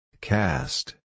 Cast